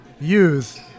use